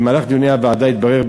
במהלך דיוני הוועדה התברר,